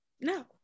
No